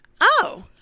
oh-